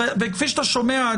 וכפי שאתה שומע,